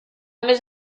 més